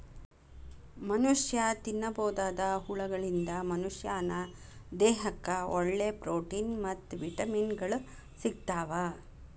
ಮನಷ್ಯಾ ತಿನ್ನಬೋದಾದ ಹುಳಗಳಿಂದ ಮನಶ್ಯಾನ ದೇಹಕ್ಕ ಒಳ್ಳೆ ಪ್ರೊಟೇನ್ ಮತ್ತ್ ವಿಟಮಿನ್ ಗಳು ಸಿಗ್ತಾವ